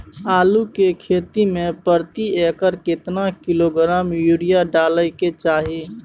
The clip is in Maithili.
आलू के खेती में प्रति एकर केतना किलोग्राम यूरिया डालय के चाही?